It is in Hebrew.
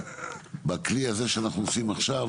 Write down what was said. בכלי הזה שאנחנו עושים עכשיו,